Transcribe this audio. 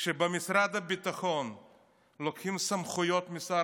כשבמשרד הביטחון לוקחים סמכויות משר